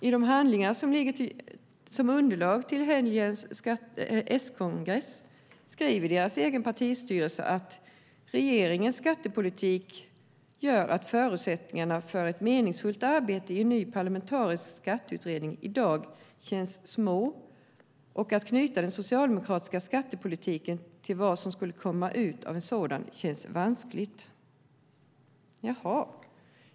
I de handlingar som ligger som underlag till helgens S-kongress skriver partistyrelsen: Regeringens skattepolitik gör att förutsättningarna för ett meningsfullt arbete i en ny parlamentarisk skatteutredning i dag känns små, och att knyta den socialdemokratiska skattepolitiken till vad som skulle komma ut av en sådan känns vanskligt.